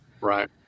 Right